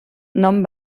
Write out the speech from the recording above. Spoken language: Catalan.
nom